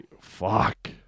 Fuck